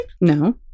no